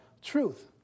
truth